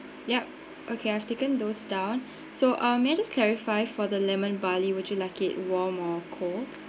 ya okay I have taken those down so um may I just clarify for the lemon barley would you like it warm or cold